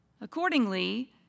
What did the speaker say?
Accordingly